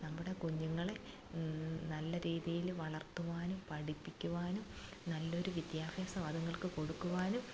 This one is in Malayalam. നമ്മുടെ കുഞ്ഞുങ്ങളെ നല്ല രീതിയില് വളർത്തുവാനും പഠിപ്പിക്കുവാനും നല്ലൊരു വിദ്യാഭ്യാസം അതുങ്ങൾക്ക് കൊടുക്കുവാനും